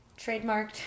Trademarked